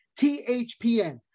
THPN